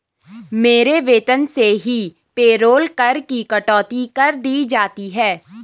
मेरे वेतन से ही पेरोल कर की कटौती कर दी जाती है